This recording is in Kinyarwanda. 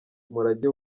umurage